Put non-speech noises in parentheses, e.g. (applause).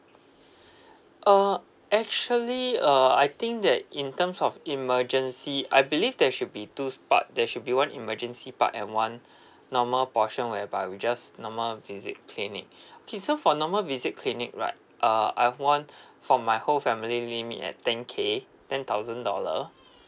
(breath) uh actually uh I think that in terms of emergency I believe there should be two part there should be one emergency part and one (breath) normal portion whereby we just normal visit clinic okay so for normal visit clinic right uh I have one for my whole family limit at at ten K ten thousand dollar